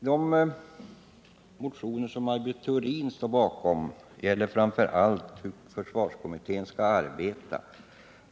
De motioner som Maj Britt Theorin står bakom avser framför allt hur försvarskommittén skall arbeta.